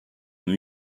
new